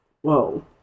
Whoa